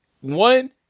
one